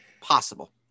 possible